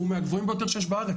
הוא מהגבוהים ביותר שיש בארץ.